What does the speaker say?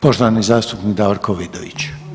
Poštovani zastupnik Davorko Vidović.